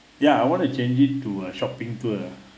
ya I want to change it to uh shopping tour